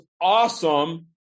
awesome